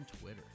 Twitter